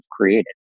created